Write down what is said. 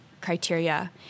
criteria